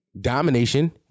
domination